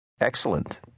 Excellent